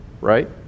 right